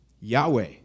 Yahweh